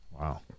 Wow